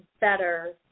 better